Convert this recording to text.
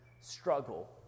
struggle